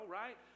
right